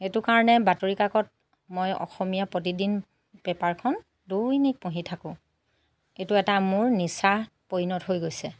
সেইটোৰ কাৰণে বাতৰি কাকত মই অসমীয়া প্ৰতিদিন পেপাৰখন দৈনিক পঢ়ি থাকোঁ এইটো এটা মোৰ নিচাত পৰিণত হৈ গৈছে